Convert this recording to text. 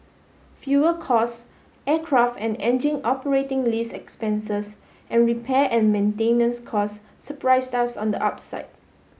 fuel cost aircraft and engine operating lease expenses and repair and maintenance costs surprised us on the upside